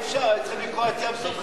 אי-אפשר, היה צריך לקרוע את ים-סוף חזרה.